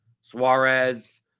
Suarez